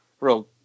real